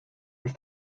were